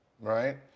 right